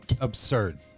Absurd